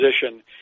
position